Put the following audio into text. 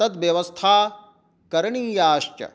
तद् व्यवस्था करणीयाश्च